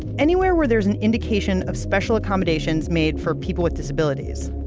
anywhere where there's an indication of special accomodations made for people with disabilities.